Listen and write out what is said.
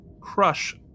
crush